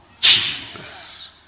Jesus